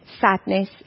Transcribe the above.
sadness